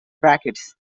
brackets